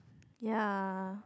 yeah